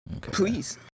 please